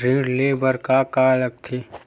ऋण ले बर का का लगथे?